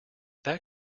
that